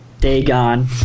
Dagon